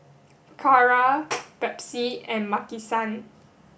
Kara Pepsi and Maki san